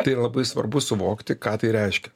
tai yra labai svarbu suvokti ką tai reiškia